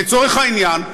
לצורך העניין,